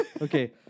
Okay